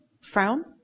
Frown